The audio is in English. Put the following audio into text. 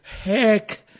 Heck